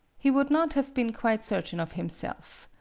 he would not have been quite cer tain of himself.